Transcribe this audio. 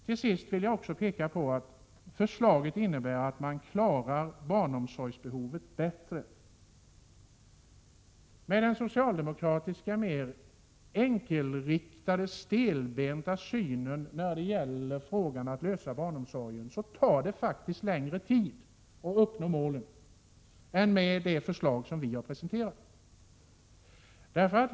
Till sist vill jag peka på att förslaget innebär att man bättre klarar av att täcka behovet av barnomsorg. Med den socialdemokratiska mer enkelriktade, stelbenta synen på hur frågan om barnomsorgen skall lösas tar det längre tid att uppnå målet än med det förslag som vi har presenterat.